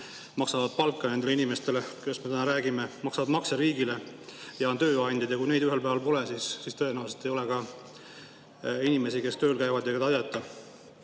maksavad palka nendele inimestele, kellest me täna räägime, ettevõtjad maksavad makse riigile ja on tööandjad. Kui neid ühel päeval pole, siis tõenäoliselt ei ole ka inimesi, kes tööl käivad ja keda saaks